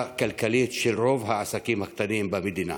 כלכלית של רוב העסקים הקטנים במדינה.